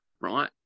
right